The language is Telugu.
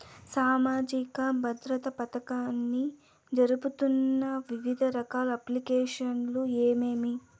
సామాజిక భద్రత పథకాన్ని జరుపుతున్న వివిధ రకాల అప్లికేషన్లు ఏమేమి?